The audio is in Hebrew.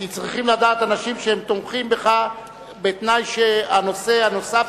כי צריכים לדעת אנשים שהם תומכים בך בתנאי שהנושא הנוסף